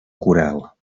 coral